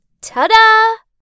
ta-da